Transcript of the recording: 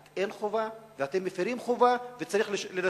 אין חובה ואתם מפירים חובה וצריך לנשל.